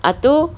lepas tu